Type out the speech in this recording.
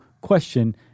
question